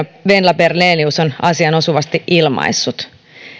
venla bernelius on asian osuvasti ilmaissut